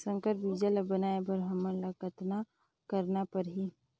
संकर बीजा ल बनाय बर हमन ल कतना करना परही?